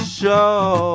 show